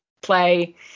play